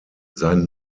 sein